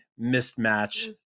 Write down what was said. mismatch